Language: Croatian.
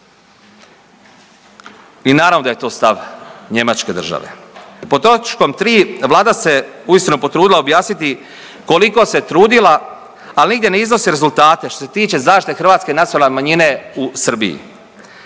I naravno da je to stav Njemačke države. Pod točkom 3. vlada se uistinu potrudila objasniti koliko se trudila, ali nigdje ne iznosi rezultate što se tiče zaštite hrvatske nacionalne manjine u Srbiji.